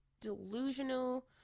delusional